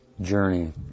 journey